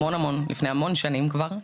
לפני המון זמן כבר.